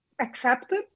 accepted